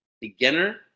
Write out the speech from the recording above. beginner